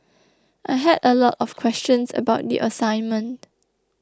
I had a lot of questions about the assignment